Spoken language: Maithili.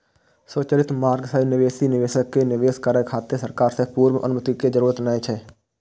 स्वचालित मार्ग सं विदेशी निवेशक कें निवेश करै खातिर सरकार सं पूर्व अनुमति के जरूरत नै छै